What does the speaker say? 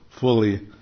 fully